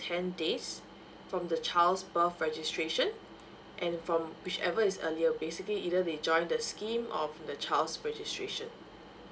ten days from the child's birth registration and from whichever is earlier basically either they join the scheme or the child's registration